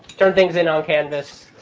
turn things in on canvas.